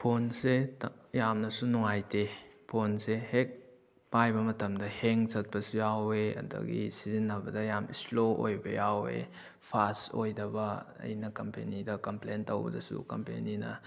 ꯐꯣꯟꯁꯦ ꯌꯥꯝꯅꯁꯨ ꯅꯨꯡꯉꯥꯏꯇꯦ ꯐꯣꯟꯁꯦ ꯍꯦꯛ ꯄꯥꯏꯕ ꯃꯇꯝꯗ ꯍꯦꯡ ꯆꯠꯄꯁꯨ ꯌꯥꯎꯏ ꯑꯗꯒꯤ ꯁꯤꯖꯤꯟꯅꯕꯗ ꯌꯥꯝ ꯏꯁꯂꯣ ꯑꯣꯏꯕꯁꯨ ꯌꯥꯎꯏ ꯐꯥꯁ ꯑꯣꯏꯗꯕ ꯑꯩꯅ ꯀꯝꯄꯦꯅꯤꯗ ꯀꯝꯄ꯭ꯂꯦꯟ ꯇꯧꯕꯗꯁꯨ ꯀꯝꯄꯦꯅꯤꯅ